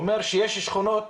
הוא אומר שיש שכונות